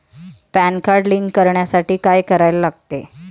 Pan card link करण्यासाठी काय करायला लागते?